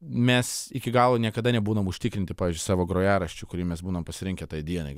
mes iki galo niekada nebūnam užtikrinti savo grojaraščiu kurį mes būnam pasirinkę tai dienai